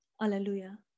Hallelujah